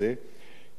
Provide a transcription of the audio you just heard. כי זה לא פשוט,